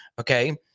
Okay